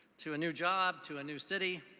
to a new job, to a new city,